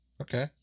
Okay